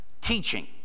teaching